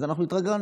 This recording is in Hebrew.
אז אנחנו התרגלנו,